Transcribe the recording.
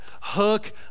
hook